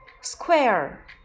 square